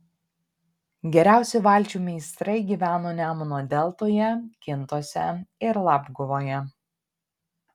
geriausi valčių meistrai gyveno nemuno deltoje kintuose ir labguvoje